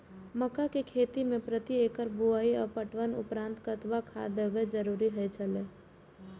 मक्का के खेती में प्रति एकड़ बुआई आ पटवनक उपरांत कतबाक खाद देयब जरुरी होय छल?